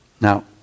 Now